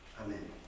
Amen